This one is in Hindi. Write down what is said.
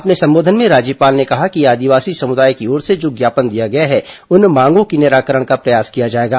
अपने संबोधन में राज्यपाल ने कहा कि आदिवासी समुदाय की ओर से जो ज्ञापन दिया गया है उन मांगों के निराकरण का प्रयास किया जाएगा